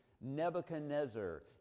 Nebuchadnezzar